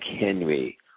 Henry